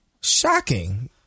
Shocking